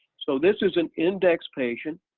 so this is an index patient,